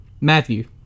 Matthew